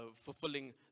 fulfilling